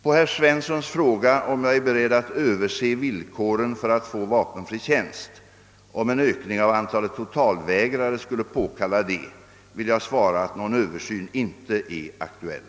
På herr Svenssons fråga om jag är beredd att överse villkoren för att få vapenfri tjänst, om en ökning av antalet totalvägrare skulle påkalla det vill jag svara att någon översyn inte är aktuell.